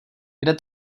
kde